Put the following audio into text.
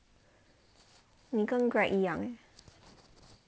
你跟 greg 一样咧